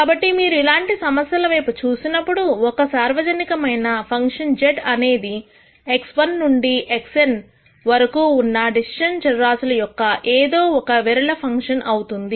కాబట్టి మీరు ఇలాంటి సమస్యల వైపు చూసినప్పుడు ఒక సార్వజనికమైన ఫంక్షన్ z అనేది x1 నుండి xn వరకు ఉన్న డెసిషన్ చరరాశుల యొక్క ఏదో ఒక విరళ ఫంక్షన్ అవుతుంది